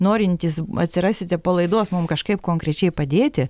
norintys atsirasite po laidos mum kažkaip konkrečiai padėti